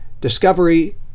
discovery